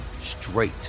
straight